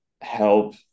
help